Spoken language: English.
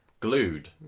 Glued